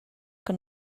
que